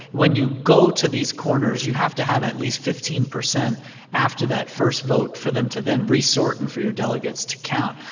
when you go to these corners, you have to have at least fifteen percent after that first vote for them to then resort and for your delegates to count.